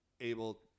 able